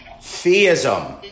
Theism